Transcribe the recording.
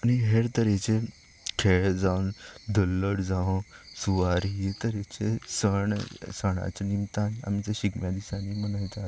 आनी हेर तेरेचे खेळ जावं धुल्लर जावं सुवारी हे तरेचे सण सणाच्या निमतान आमी ते शिगम्याच्या दिसांनी मनयतात